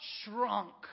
shrunk